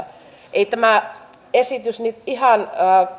ei tämä esitys nyt ihan